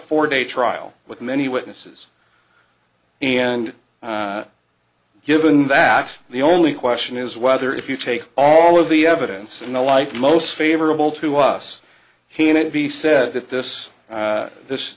four day trial with many witnesses and given that the only question is whether if you take all of the evidence and the life most favorable to us can it be said that this this